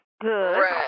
Good